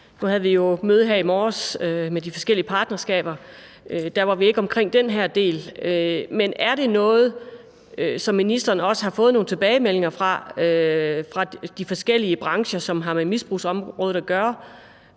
Nu havde vi jo møde her i morges med de forskellige partnerskaber. Der var vi ikke omkring den her del, men er det noget, som ministeren også har fået nogle tilbagemeldinger på fra de forskellige brancher, som har med misbrugsområdet at gøre?